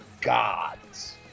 gods